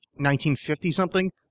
1950-something